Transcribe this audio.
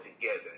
together